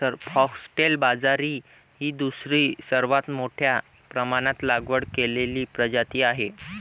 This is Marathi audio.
फॉक्सटेल बाजरी ही दुसरी सर्वात मोठ्या प्रमाणात लागवड केलेली प्रजाती आहे